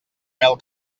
mel